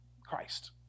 Christ